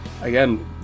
again